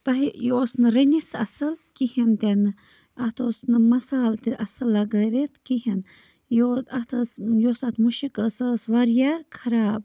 تۄہہِ یہِ اوس نہٕ رٔنِتھ اَصٕل کِہیٖنۍ تہِ نہٕ اَتھ اوس نہٕ مَسالہٕ تہِ اَصٕل لَگٲوِتھ کِہیٖنۍ یہِ اَتھ ٲس یۄس اَتھ مُشک ٲس سَہ ٲس واریاہ خراب